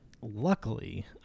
luckily